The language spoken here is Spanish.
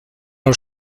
los